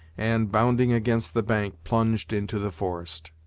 and, bounding against the bank, plunged into the forest.